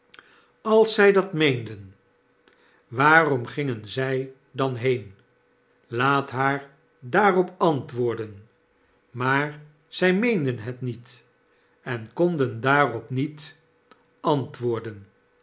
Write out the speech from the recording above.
als zjj dat meenden waarom gingen zjj dan heen laat haar daarop antwoorden maar zij meenden het niet en konden daarop niet de ketellappee antwoorden